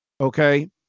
Okay